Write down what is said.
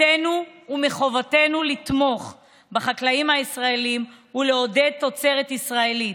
מחובתנו לתמוך בחקלאים הישראלים ולעודד תוצרת ישראלית.